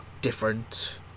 different